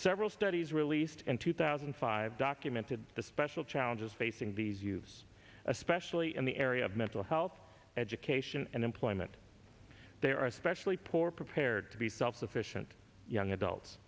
several studies released in two thousand and five documented the special challenges facing these youths especially in the area of mental health education and employment they are especially poor prepared to be self sufficient young adults